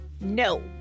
No